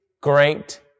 great